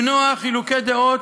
למנוע חילוקי דעות,